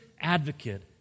advocate